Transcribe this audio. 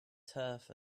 turf